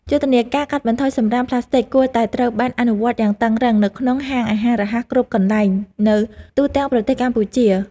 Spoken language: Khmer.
យុទ្ធនាការកាត់បន្ថយសំរាមផ្លាស្ទិចគួរតែត្រូវបានអនុវត្តយ៉ាងតឹងរ៉ឹងនៅក្នុងហាងអាហាររហ័សគ្រប់កន្លែងនៅទូទាំងប្រទេសកម្ពុជា។